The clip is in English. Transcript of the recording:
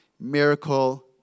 miracle